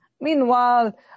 Meanwhile